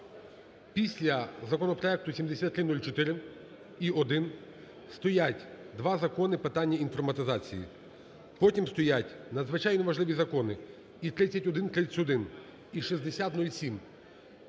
Після законопроекту 7304-1 стоять два закони – питання інформатизації, потім стоять надзвичайно важливі закони і 3131, і 6007,